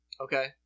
Okay